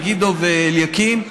מגידו ואליקים,